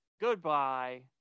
Goodbye